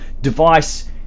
device